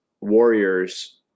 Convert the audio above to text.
warriors